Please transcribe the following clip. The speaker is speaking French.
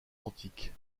antique